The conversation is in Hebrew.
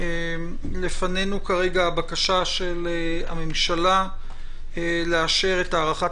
לפנינו כרגע הבקשה של הממשלה לאשר את הארכת